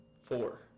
four